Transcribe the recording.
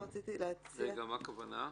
מה הכוונה?